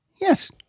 Yes